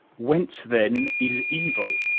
whence, then is evil?